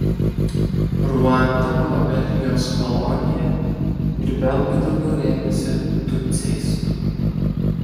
ruanda buvo belgijos kolonija ir belgai daugiau rėmėsi tutsiais